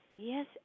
Yes